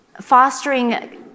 fostering